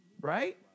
Right